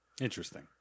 Interesting